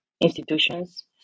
institutions